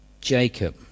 Jacob